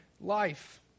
life